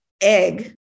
egg